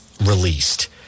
released